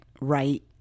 right